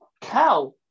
cow